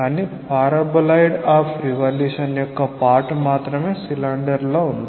కానీ paraboloid of revolution యొక్క part మాత్రమే సిలిండర్లో ఉంది